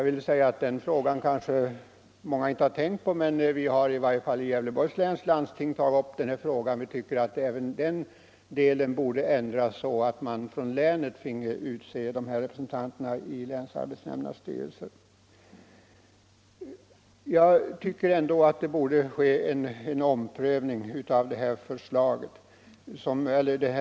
Den saken kanske många inte har tänkt på, men vi har i varje fall i Gävleborgs läns landsting tagit upp frågan. Vi menar att även detta borde ändras så att man från länet fick utse representanter i länsarbetsnämndernas styrelser. Jag tycker att det borde ske en omprövning av de föreskrifter som utfärdats.